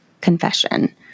confession